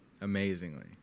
amazingly